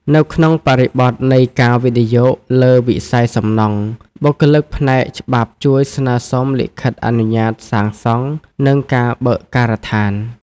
នៅក្នុងបរិបទនៃការវិនិយោគលើវិស័យសំណង់ បុគ្គលិកផ្នែកច្បាប់ជួយស្នើសុំលិខិតអនុញ្ញាតសាងសង់ និងការបើកការដ្ឋាន។